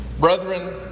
Brethren